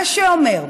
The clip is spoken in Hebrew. מה שאומר: